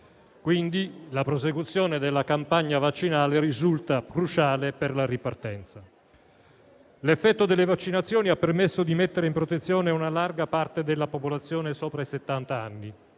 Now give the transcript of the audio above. Quindi la prosecuzione della campagna vaccinale risulta cruciale per la ripartenza. L'effetto delle vaccinazioni ha permesso di mettere in protezione una larga parte della popolazione sopra i settant'anni.